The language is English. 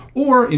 or,